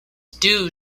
due